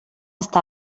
està